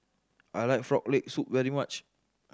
I like Frog Leg Soup very much